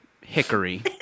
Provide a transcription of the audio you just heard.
Hickory